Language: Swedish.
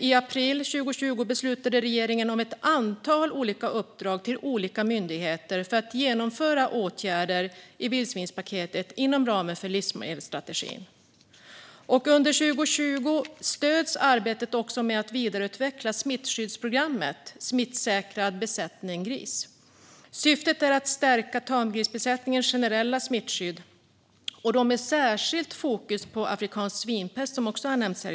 I april 2020 beslutade regeringen om ett antal uppdrag till olika myndigheter för att genomföra åtgärder i vildsvinspaketet inom ramen för livsmedelsstrategin. Under 2020 stöds också arbetet med att vidareutveckla smittskyddsprogrammet Smittsäkrad besättning gris. Syftet är att stärka tamgrisbesättningarnas generella smittskydd med särskilt fokus på skyddet mot afrikansk svinpest, som också nämnts här.